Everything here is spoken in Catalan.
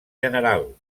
general